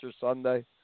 Sunday